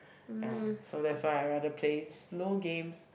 ya so that's why I rather play slow games